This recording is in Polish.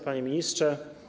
Panie Ministrze!